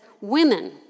women